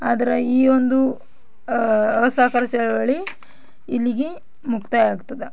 ಆದ್ರೆ ಈ ಒಂದು ಅಸಹಕಾರ ಚಳುವಳಿ ಇಲ್ಲಿಗೆ ಮುಕ್ತಾಯ ಆಗ್ತದೆ